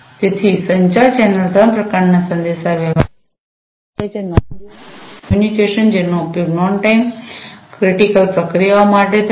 તેથી સંચાર ચેનલ ત્રણ પ્રકારના સંદેશાવ્યવહારને સમર્થન આપે છે નોન રીઅલ ટાઇમ કમ્યુનિકેશન જેનો ઉપયોગ નોન ટાઇમ ક્રિટિકલ પ્રક્રિયાઓ માટે થાય છે